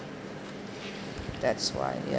that's why ya